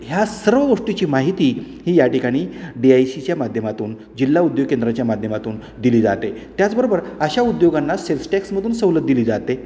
ह्या सर्व गोष्टीची माहिती ही या ठिकाणी डी आय सी च्या माध्यमातून जिल्हा उद्योग केंद्राच्या माध्यमातून दिली जाते त्याचबरोबर अशा उद्योगांना सेल्स टॅक्समधून सवलत दिली जाते